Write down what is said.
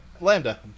Lambda